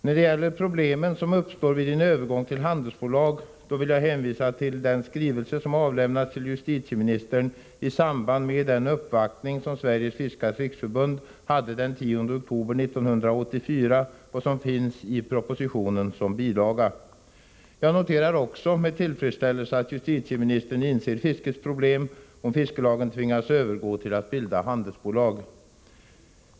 När det gäller de problem som uppstår vid en övergång till handelsbolag vill jag hänvisa till den skrivelse som avlämnades till justitieministern i samband med den uppvaktning som Sveriges fiskares riksförbund gjorde den 10 oktober 1984 och som finns som bilaga i propositionen. Jag noterar också med tillfredsställelse att justitieministern inser fiskets problem om fiskelagen tvingas övergå till att bilda handelsbolag.